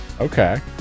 Okay